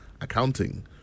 accounting